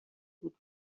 بود